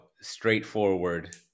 straightforward